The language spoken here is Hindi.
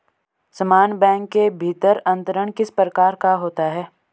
समान बैंक के भीतर अंतरण किस प्रकार का होता है?